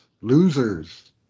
Losers